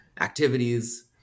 activities